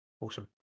Awesome